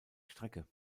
strecke